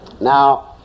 Now